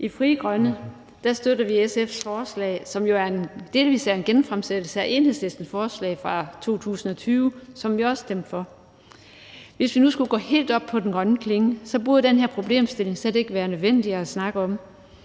I Frie Grønne støtter vi SF's forslag, som jo delvis er en genfremsættelse af Enhedslistens forslag 2020, som vi også stemte for. Hvis vi nu skulle helt op på den grønne klinge, vil jeg sige, at den her problemstilling slet ikke burde være nødvendig at snakke om.